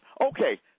Okay